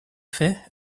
fait